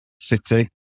city